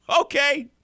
Okay